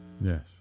Yes